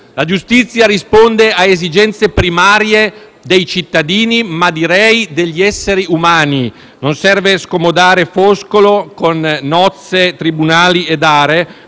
Quest'ultima risponde a esigenze primarie dei cittadini, ma direi degli esseri umani. Non serve scomodare Foscolo, con «nozze e tribunali ed are»,